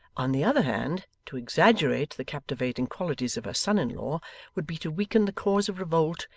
on the other hand, to exaggerate the captivating qualities of her son-in-law would be to weaken the cause of revolt,